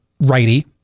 righty